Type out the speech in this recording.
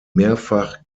mehrfach